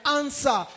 answer